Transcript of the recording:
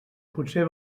potser